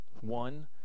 One